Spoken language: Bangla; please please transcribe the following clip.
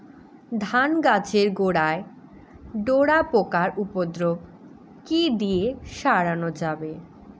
ধান গাছের গোড়ায় ডোরা পোকার উপদ্রব কি দিয়ে সারানো যাবে?